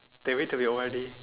they wait till we O_R_D